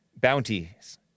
Bounties